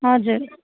हजुर